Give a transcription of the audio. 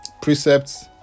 precepts